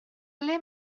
ble